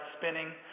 spinning